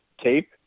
tape